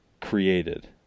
created